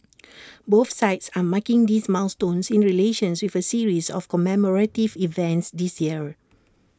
both sides are marking this milestone in relations with A series of commemorative events this year